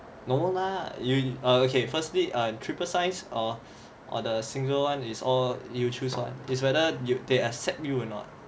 normal lah you err okay firstly triple science or or the single one is all you choose one is whether you they accept you not